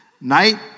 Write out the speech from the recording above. night